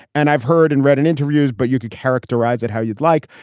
and i've heard and read in interviews, but you could characterize it how you'd like.